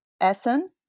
Essen